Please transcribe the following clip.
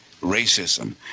racism